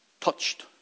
touched